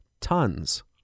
Tons